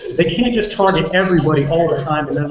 they can't just target everybody all the time